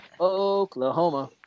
Oklahoma